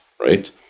right